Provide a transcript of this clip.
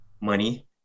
money